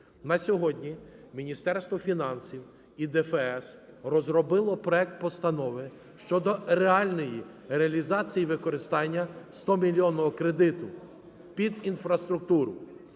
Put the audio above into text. На сьогодні Міністерство фінансів і ДФС розробило проект постанови щодо реальної реалізації використання 100-мільйоного кредиту під інфраструктуру.